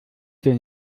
den